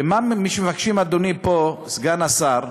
ואדוני, מה שמבקשים פה, סגן השר,